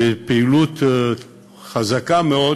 בפעילות חזקה מאוד